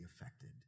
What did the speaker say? affected